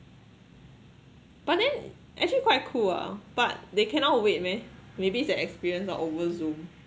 but then actually quite cool ah but they cannot wait meh maybe it's a experience over Zoom